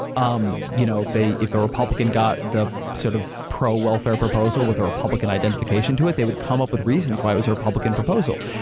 um you know if a if a republican got the sort of pro-welfare proposal with a republican identification to it, they would come up with reasons why it was a republican proposal.